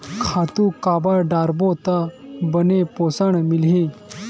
खातु काबर डारबो त बने पोषण मिलही?